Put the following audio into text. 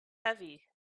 heavy